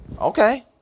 Okay